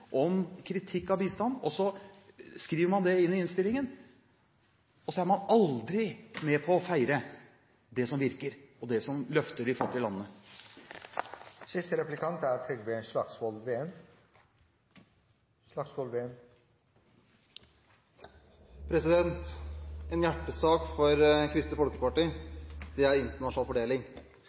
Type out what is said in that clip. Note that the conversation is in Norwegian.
om kritikk av bistand, og så skriver man det inn i innstillingen. Og så er man aldri med på å feire det som virker, og det som løfter de fattige landene. En hjertesak for Kristelig Folkeparti er internasjonal fordeling.